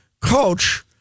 coach